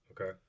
Okay